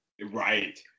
Right